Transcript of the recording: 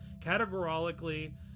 categorically